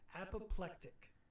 Apoplectic